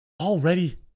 already